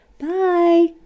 Bye